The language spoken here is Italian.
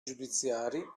giudiziari